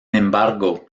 embargo